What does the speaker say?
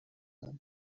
کنم